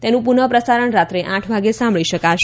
તેનું પુનઃ પ્રસારણ રાત્રે આઠ વાગે સાંભળી શકાશે